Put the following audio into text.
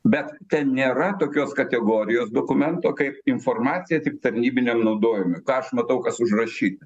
bet ten nėra tokios kategorijos dokumento kaip informacija tik tarnybiniam naudojimui ką aš matau kas užrašyta